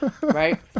Right